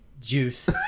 juice